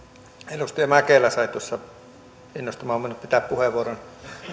edustaja mäkelä sai minut innostumaan pitämään puheenvuoron